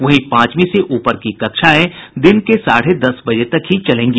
वहीं पांचवीं से ऊपर की कक्षाएं दिन के साढ़े दस बजे तक ही चलेंगी